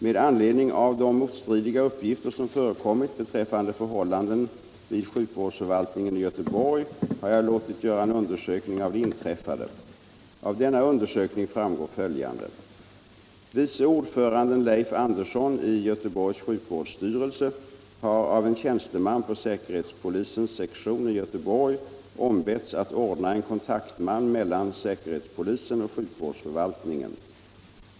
Med anledning av de motstridiga uppgifter som förekommit beträffande förhållandena vid sjukvårdsförvaltningen i Göteborg har jag låtit göra en undersökning av det inträffade. Av denna undersökning framgår följande. Vice ordföranden Leif Andersson i Göteborgs sjukvårdsstyrelse har av en tjänsteman på säkerhetspolisens sektion i Göteborg ombetts att ordna en kontaktman mellan säkerhetspolisen och sjukvårdsförvaltningen.